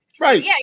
right